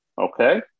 Okay